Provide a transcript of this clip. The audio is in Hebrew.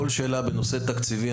כל שאלה בנושא תקציבי,